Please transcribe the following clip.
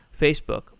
facebook